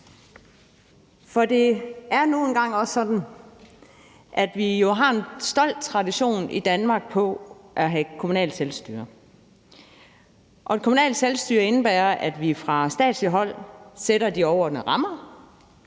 For det er nu engang også sådan, at vi jo har en stolt tradition i Danmark for at have kommunalt selvstyre. Kommunalt selvstyre indebærer, at vi fra statsligt hold sætter de overordnede rammer,